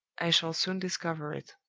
i shall soon discover it.